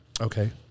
Okay